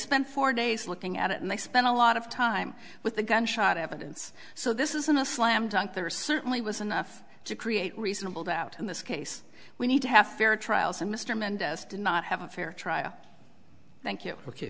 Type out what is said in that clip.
four days looking at it and they spent a lot of time with the gunshot evidence so this isn't a slam dunk there certainly was enough to create reasonable doubt in this case we need to have fair trials and mr mendez did not have a fair trial thank you ok